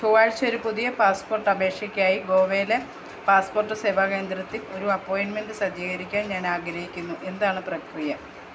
ചൊവ്വാഴ്ച ഒരു പുതിയ പാസ്പോർട്ട് അപേക്ഷയ്ക്കായി ഗോവയിലെ പാസ്പോർട്ട് സേവാ കേന്ദ്രത്തിൽ ഒരു അപ്പോയിൻ്റ്മെൻ്റ് സജ്ജീകരിക്കാൻ ഞാനാഗ്രഹിക്കുന്നു എന്താണ് പ്രക്രിയ